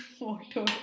water